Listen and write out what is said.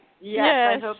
Yes